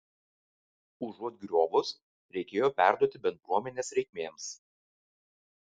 užuot griovus reikėjo perduoti bendruomenės reikmėms